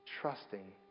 trusting